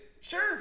Sure